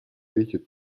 liedje